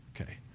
Okay